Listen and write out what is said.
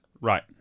Right